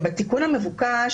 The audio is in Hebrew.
בתיקון המבוקש